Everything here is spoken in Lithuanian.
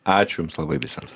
ačiū jums labai visiems